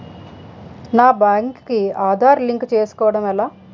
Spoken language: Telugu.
నా బ్యాంక్ కి ఆధార్ లింక్ చేసుకోవడం ఎలా?